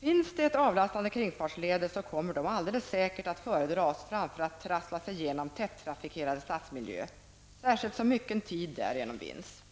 Finns det avlastande kringfartsleder, kommer dessa alldeles säkert att föredras framför att trassla sig genom tättrafikerad stadsmiljö -- särskilt som mycken tid därigenom vinns.